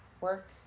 work